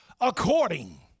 according